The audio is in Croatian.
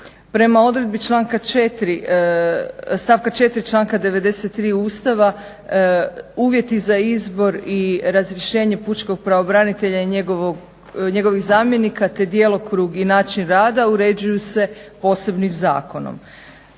Prema odredbi članka 4., stavka 4. članka 93. Ustava uvjeti za izbor i razrješenje pučkog pravobranitelja i njegovih zamjenika, te djelokrug i način rada uređuju se posebnim zakonom.